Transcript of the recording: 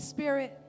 Spirit